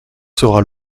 sera